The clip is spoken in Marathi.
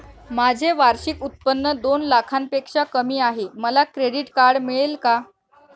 माझे वार्षिक उत्त्पन्न दोन लाखांपेक्षा कमी आहे, मला क्रेडिट कार्ड मिळेल का?